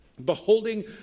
beholding